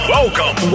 Welcome